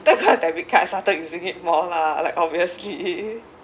after I got a debit card I started using it more lah like obviously